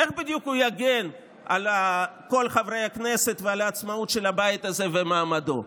איך בדיוק הוא יגן על כל חברי הכנסת ועל העצמאות של הבית הזה ומעמדו?